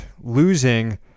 losing